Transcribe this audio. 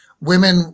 Women